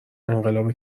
انقلاب